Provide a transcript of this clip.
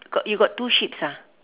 got you got two sheeps ah